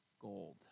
gold